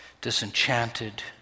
disenchanted